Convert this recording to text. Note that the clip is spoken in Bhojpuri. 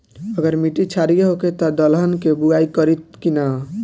अगर मिट्टी क्षारीय होखे त दलहन के बुआई करी की न?